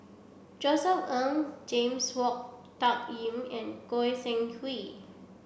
Josef Ng James Wong Tuck Yim and Goi Seng Hui